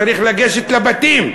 צריך לגשת לבתים.